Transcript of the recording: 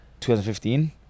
2015